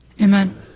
Amen